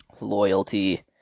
loyalty